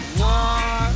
war